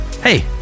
hey